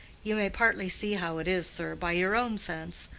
you may partly see how it is, sir, by your own sense.